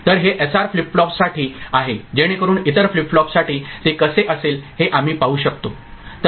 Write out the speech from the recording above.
तर हे S R flip फ्लॉपसाठी आहे जेणेकरून इतर फ्लिप फ्लॉपसाठी ते कसे असेल हे आम्ही पाहू शकतो